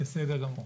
בסדר גמור.